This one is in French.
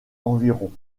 environ